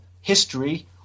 history